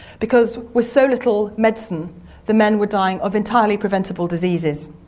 because with so little medicine the men were dying of entirely preventable diseases.